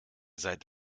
seid